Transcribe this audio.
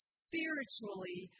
spiritually